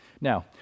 Now